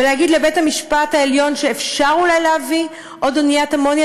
ולהגיד לבית-המשפט העליון שאפשר אולי להביא עוד אוניית אמוניה,